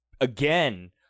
again